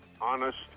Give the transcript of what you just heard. honest